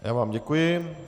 Já vám děkuji.